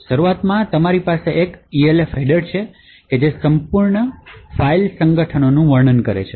શરૂઆતમાં તમારી પાસે એક Elf હેડર છે જે સંપૂર્ણ ફાઇલ સંગઠનનું વર્ણન કરે છે